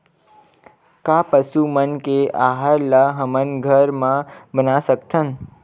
का पशु मन के आहार ला हमन घर मा बना सकथन?